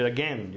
Again